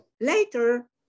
later